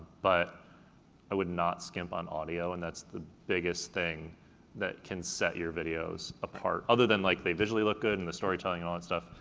but i would not skimp on audio, and that's the biggest thing that can set your videos apart, other than like they digitally look good and the storytelling and all that and stuff,